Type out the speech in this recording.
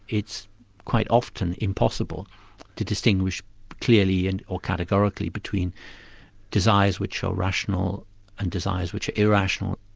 it's quite often impossible to distinguish clearly and or categorically between desires which are rational and desires which are irrational.